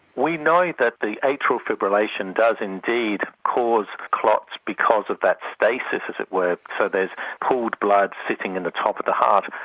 we know that the atrial fibrillation does indeed cause clots because of that stasis, as it were. so there is pooled blood sitting in the top of the heart.